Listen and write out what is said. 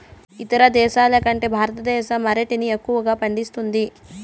ఇతర దేశాల కంటే భారతదేశం అరటిని ఎక్కువగా పండిస్తుంది